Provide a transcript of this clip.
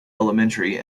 elementary